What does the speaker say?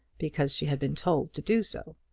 because she had been told to do so,